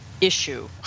issue